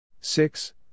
Six